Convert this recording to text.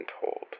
told